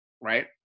right